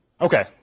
Okay